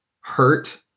hurt